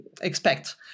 expect